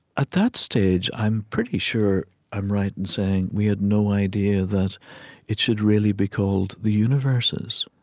at that stage, i'm pretty sure i'm right in saying we had no idea that it should really be called the universes,